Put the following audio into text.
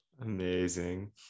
Amazing